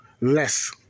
Less